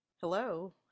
Hello